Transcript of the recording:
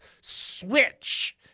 switch